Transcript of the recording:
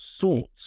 sorts